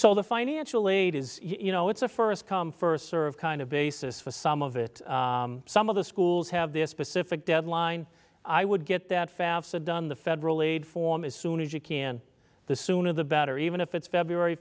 so the financial aid is you know it's a first come first serve kind of basis for some of it some of the schools have this specific deadline i would get that fafsa done the federal aid form as soon as you can the sooner the better even if it's february